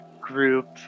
group